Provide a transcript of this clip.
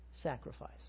sacrifice